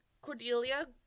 Cordelia